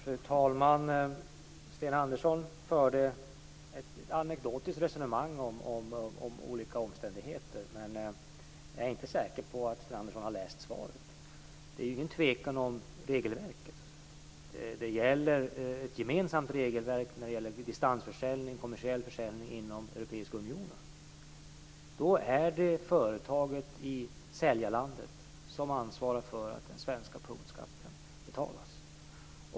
Fru talman! Sten Andersson förde ett anekdotiskt resonemang om olika omständigheter, men jag är inte säker på att Sten Andersson har läst svaret. Det är inget tvivel om regelverket. Ett gemensamt regelverk gäller i fråga om kommersiell distansförsäljning inom Europeiska unionen. Då är det företaget i säljarlandet som ansvarar för att den svenska punktskatten betalas.